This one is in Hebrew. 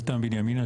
איתן בנימין,